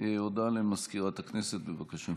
הודעה למזכירת הכנסת, בבקשה.